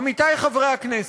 עמיתי חברי הכנסת,